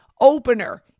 opener